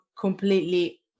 completely